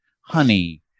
honey